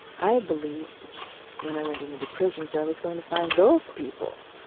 i believed when i went into the prisons i was going to find those people.